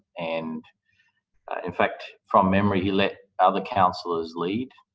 and in fact from memory he let other councillors lead.